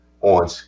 on